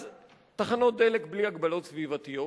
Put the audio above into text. אז, תחנות דלק בלי הגבלות סביבתיות.